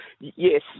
Yes